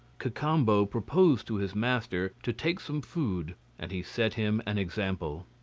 cacambo proposed to his master to take some food, and he set him an example.